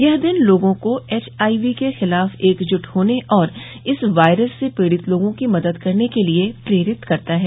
यह दिन लोगों को एचआईवी के खिलाफ एकजुट होने और इस वायरस से पीड़ित लोगों की मदद करने के लिए प्रेरित करता है